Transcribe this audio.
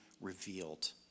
revealed